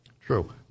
True